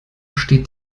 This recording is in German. steht